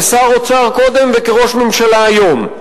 כשר האוצר קודם וכראש ממשלה היום,